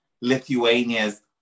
Lithuania's